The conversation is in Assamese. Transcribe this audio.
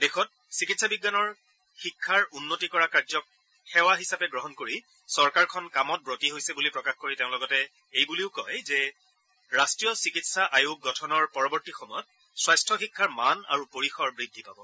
দেশত চিকিৎসা বিজ্ঞানৰ শিক্ষাৰ উন্নতি কৰা কাৰ্য সেৱা হিচাপে গ্ৰহণ কৰি চৰকাৰখন কামত ৱতী হৈছে বুলি প্ৰকাশ কৰি তেওঁ লগতে এইবুলিও কয় যে ৰাষ্ট্ৰীয় চিকিৎসা আয়োগ গঠনৰ পৰৱৰ্তী সময়ত স্বাস্থ্য শিক্ষাৰ মান আৰু পৰিসৰ বৃদ্ধি পাব